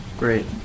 great